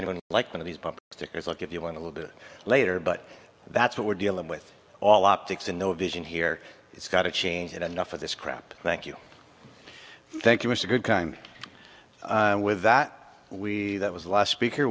anyone like one of these bumper stickers look if you want a little bit later but that's what we're dealing with all optics and no vision here it's got to change it enough of this crap thank you thank you it's a good time with that we that was the last speaker